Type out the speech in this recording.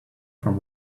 from